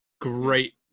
Great